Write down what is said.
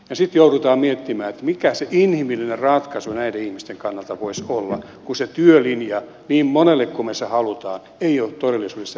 sitten joudutaan miettimään mikä se inhimillinen ratkaisu näiden ihmisten kannalta voisi olla kun se työlinja niin monelle kuin me sen haluamme ei ole todellisuudessa näitten ihmisten vaihtoehto